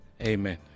amen